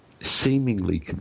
seemingly